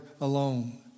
alone